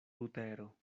butero